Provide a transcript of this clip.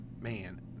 man